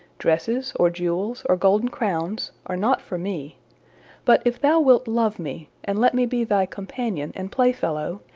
dresses, or jewels, or golden crowns, are not for me but if thou wilt love me, and let me be thy companion and playfellow,